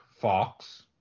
Fox